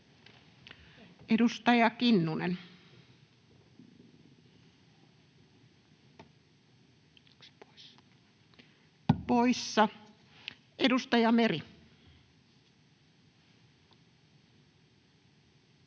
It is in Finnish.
Edustaja Kinnunen poissa. Edustaja Meri.